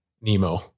Nemo